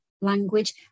language